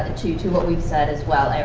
ah to to what we've said, as well.